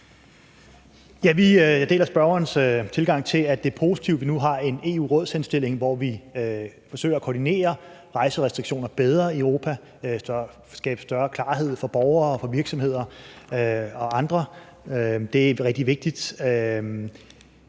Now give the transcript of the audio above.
Vi deler spørgerens tilgang til, at det er positivt, at der nu er en rådshenstilling, hvor vi forsøger at koordinere rejserestriktioner bedre i Europa og skabe større klarhed for borgere, virksomheder og andre. Det er rigtig vigtigt.